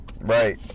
Right